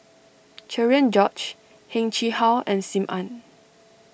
Cherian George Heng Chee How and Sim Ann